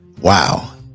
wow